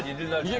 didn't know yeah